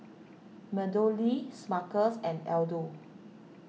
MeadowLea Smuckers and Aldo